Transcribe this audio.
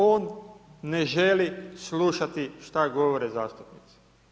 On ne želi slušati što govore zastupnici.